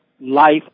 life